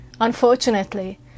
Unfortunately